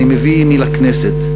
אני מביא עמי לכנסת,